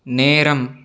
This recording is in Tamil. நேரம்